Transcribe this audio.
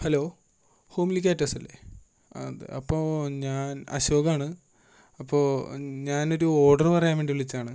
hello homely caterers അല്ലേ അതെ അപ്പോൾ ഞാൻ അശോകാണ് അപ്പോൾ ഞാനൊരു ഓർഡറു പറയാൻവേണ്ടി വിളിച്ചതാണ്